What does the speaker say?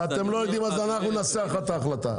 אם אתם לא יודעים, אנחנו ננסח את ההחלטה.